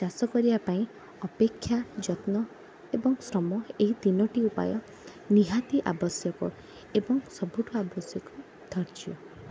ଚାଷ କରିବା ପାଇଁ ଅପେକ୍ଷା ଯତ୍ନ ଏବଂ ଶ୍ରମ ଏହି ତିନୋଟି ଉପାୟ ନିହାତି ଆବଶ୍ୟକ ଏବଂ ସବୁଠୁ ଆବଶ୍ୟକ ଧର୍ଯ୍ୟ